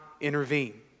intervene